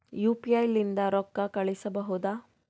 UPI ಲಿಂದ ರೊಕ್ಕ ಕಳಿಸಬಹುದಾ?